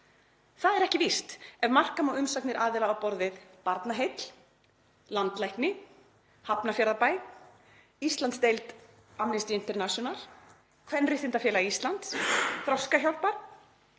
Það er ekki víst ef marka má umsagnir aðila á borð við Barnaheill, landlækni, Hafnarfjarðarbæ, Íslandsdeild Amnesty International, Kvenréttindafélag Íslands, Þroskahjálp,